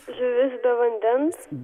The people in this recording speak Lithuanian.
žuvis be vandens